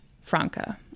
Franca